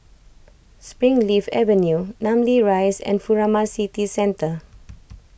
Springleaf Avenue Namly Rise and Furama City Centre